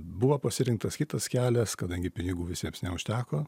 buvo pasirinktas kitas kelias kadangi pinigų visiems neužteko